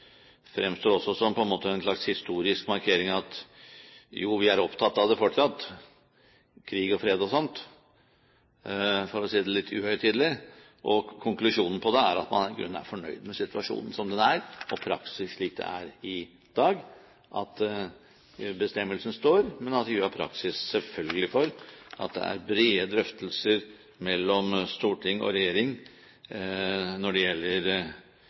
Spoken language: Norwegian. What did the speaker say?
også fremstår som en slags historisk markering av at man fortsatt er opptatt av krig og fred og sånn, for å si det litt uhøytidelig. Konklusjonen er at man i grunnen er fornøyd med situasjonen som den er, og praksis slik den er i dag, at bestemmelsen står, men at det selvfølgelig er praksis for at det er brede drøftelser mellom storting og regjering når det gjelder